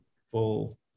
full